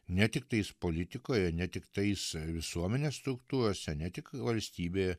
ne tiktais politikoje ne tiktais visuomenės struktūrose ne tik valstybėje